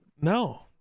No